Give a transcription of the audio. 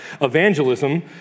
evangelism